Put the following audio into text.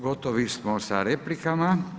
Gotovi smo sa replikama.